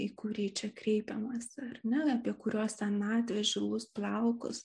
į kurį čia kreipiamasi ar ne apie kurio senatvę žilus plaukus